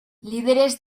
líderes